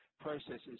processes